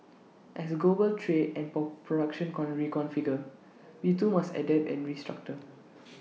as global trade and production con reconfigure we too must adapt and restructure